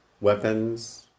Weapons